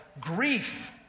grief